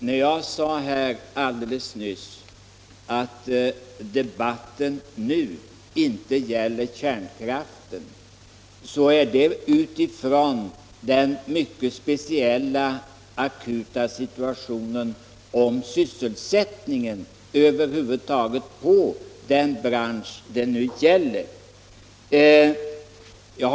Herr talman! När jag nyss sade att debatten nu inte gäller kärnkraften var det utifrån den mycket speciella akuta sysselsättningssituationen i den bransch vi här diskuterar.